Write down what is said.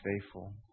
faithful